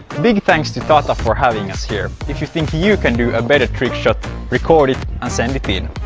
big thanks to tata for having us here! if you think you can do a better trick shot record it and send it in.